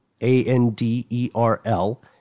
A-N-D-E-R-L